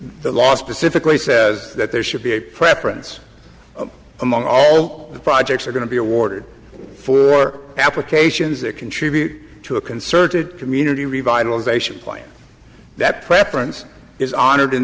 the last pacifically says that there should be a preference among all the projects are going to be awarded for applications that contribute to a concerted community revitalization plan that preference is honor